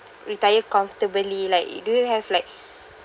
retire comfortably like do you have like